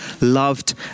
loved